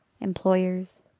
employers